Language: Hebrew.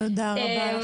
תודה רבה.